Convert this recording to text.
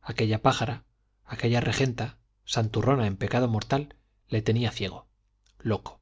aquella pájara aquella regenta santurrona en pecado mortal le tenía ciego loco